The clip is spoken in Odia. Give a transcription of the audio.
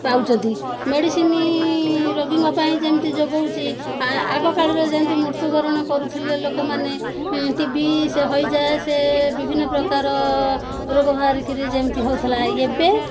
ପାଉଛନ୍ତି ମେଡ଼ିସିନ୍ ରୋଗୀଙ୍କ ପାଇଁ ଯେମ୍ତି ଯୋଗଉଛି ଆ ଆଗକାଳରେ ଯେମ୍ତି ମୃତ୍ୟୁବରଣ କରୁଥିଲେ ଲୋକମାନେ ଟିବି ସେ ହଇଜା ସେ ବିଭିନ୍ନ ପ୍ରକାର ରୋଗ ବାହାରିକିରି ଯେମ୍ତି ହଉଥିଲା ଏବେ